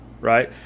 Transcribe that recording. right